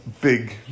Big